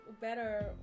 better